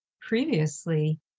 previously